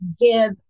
give